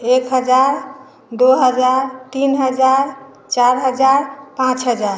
एक हज़ार दो हज़ार तीन हज़ार चार हज़ार पाँच हज़ार